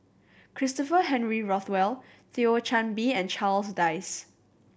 Christopher Henry Rothwell Thio Chan Bee and Charles Dyce